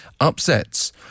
Upsets